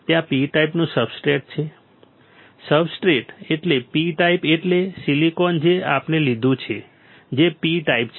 ત્યાં P ટાઈપનું substrate છે સબસ્ટ્રેટ એટલે P ટાઇપ એટલે સિલિકોન જે આપણે લીધું છે જે P ટાઇપ છે